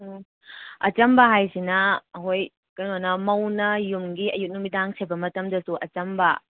ꯎꯝ ꯑꯆꯝꯕ ꯍꯥꯏꯁꯤꯅ ꯑꯩꯈꯣꯏ ꯀꯩꯅꯣꯅ ꯃꯧꯅ ꯌꯨꯝꯒꯤ ꯑꯌꯨꯛ ꯅꯨꯃꯤꯗꯥꯡ ꯁꯦꯠꯄ ꯃꯇꯝꯗꯁꯨ ꯑꯆꯝꯕ